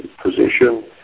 position